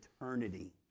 eternity